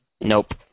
Nope